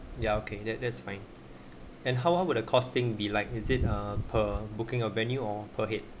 ya okay that that's fine and how how would the costing be like is it uh per booking a venue or per head